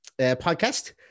podcast